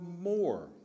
more